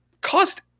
cost